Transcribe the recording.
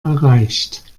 erreicht